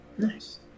Nice